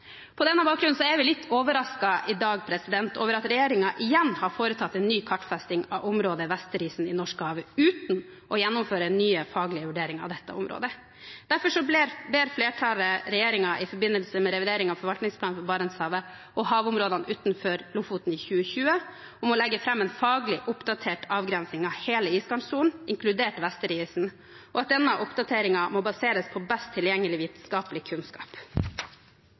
På denne bakgrunnen er vi i dag litt overrasket over at regjeringen igjen har foretatt en ny kartfesting av området Vesterisen i Norskehavet uten å gjennomføre nye faglige vurderinger av dette området. Derfor ber flertallet regjeringen, i forbindelse med revideringen av forvaltningsplanen for Barentshavet og havområdene utenfor Lofoten 2020, om å legge fram en faglig oppdatert avgrensing av hele iskantsonen, inkludert Vesterisen, og at denne oppdateringen må baseres på best tilgjengelig vitenskapelig kunnskap.